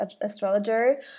astrologer